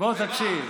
בוא תקשיב.